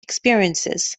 experiences